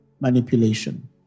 manipulation